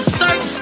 search